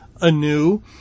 anew